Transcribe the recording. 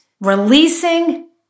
releasing